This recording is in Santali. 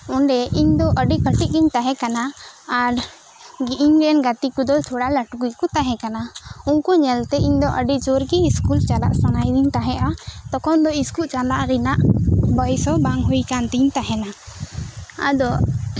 ᱚᱸᱰᱮ ᱤᱧ ᱫᱚ ᱟᱹᱰᱤ ᱠᱟᱴᱤᱡ ᱜᱮᱧ ᱛᱟᱦᱮᱸ ᱠᱟᱱᱟ ᱟᱨ ᱤᱧ ᱨᱮᱱ ᱜᱟᱛᱮ ᱠᱚᱫᱚ ᱛᱷᱚᱲᱟ ᱞᱟᱹᱴᱩ ᱜᱮᱠᱚ ᱛᱟᱦᱮᱸ ᱠᱟᱱᱟ ᱩᱱᱠᱩ ᱧᱮᱞ ᱛᱮ ᱤᱧ ᱫᱚ ᱟᱹᱰᱤ ᱡᱳᱨ ᱜᱮ ᱤᱥᱠᱩᱞ ᱪᱟᱞᱟᱜ ᱥᱟᱱᱟᱭᱤᱧ ᱛᱟᱦᱮᱸᱫᱼᱟ ᱛᱚᱠᱷᱚᱱ ᱫᱚ ᱥᱠᱩᱞ ᱪᱟᱞᱟᱜ ᱨᱮᱱᱟᱜ ᱵᱚᱭᱮᱥ ᱦᱚᱸ ᱵᱟᱝ ᱦᱩᱭ ᱟᱠᱟᱱ ᱛᱤᱧ ᱛᱟᱦᱮᱸᱱᱟ ᱟᱫᱚ